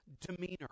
demeanor